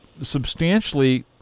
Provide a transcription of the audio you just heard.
substantially